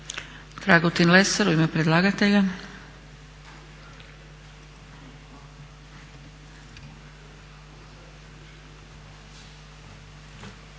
Dragutin Lesar, u ime predlagatelja.